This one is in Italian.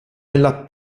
nella